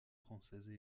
françaises